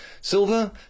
silver